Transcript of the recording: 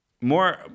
more